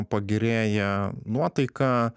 pagerėja nuotaika